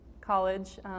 college